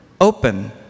open